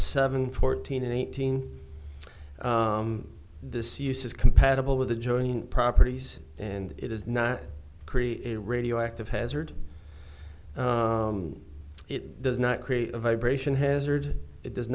seven fourteen and eighteen this use is compatible with the joint properties and it is not create a radioactive hazard it does not create a vibration hazard it does